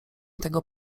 tego